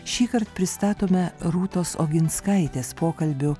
šįkart pristatome rūtos oginskaitės pokalbių